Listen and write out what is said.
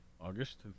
August